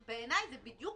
בדיוק.